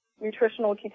nutritional